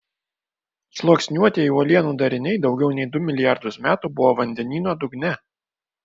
sluoksniuotieji uolienų dariniai daugiau nei du milijardus metų buvo vandenyno dugne